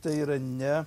tai yra ne